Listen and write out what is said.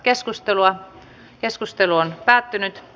keskustelua ei syntynyt